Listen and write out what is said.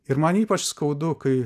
ir man ypač skaudu kai